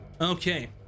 okay